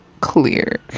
clear